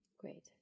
Great